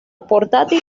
portátil